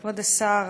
כבוד השר,